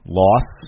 loss